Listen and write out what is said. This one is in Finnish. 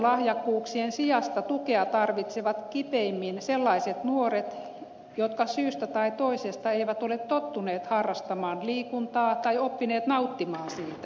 urheilulahjakkuuksien sijasta tukea tarvitsevat kipeimmin sellaiset nuoret jotka syystä tai toisesta eivät ole tottuneet harrastamaan liikuntaa tai oppineet nauttimaan siitä